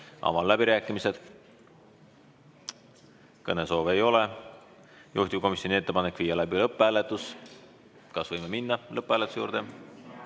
Avan läbirääkimised. Kõnesoove ei ole. Juhtivkomisjoni ettepanek: viia läbi lõpphääletus. Kas võime minna lõpphääletuse juurde?